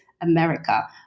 America